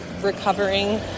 recovering